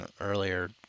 earlier